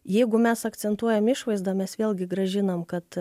jeigu mes akcentuojam išvaizdą mes vėlgi grąžinam kad